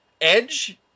Edge